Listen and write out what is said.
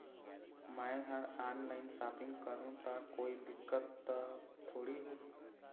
मैं हर online shopping करू ता कोई दिक्कत त थोड़ी होही?